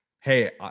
hey